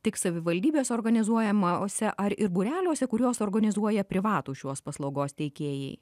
tik savivaldybės organizuojamose ar ir būreliuose kuriuos organizuoja privatūs šios paslaugos teikėjai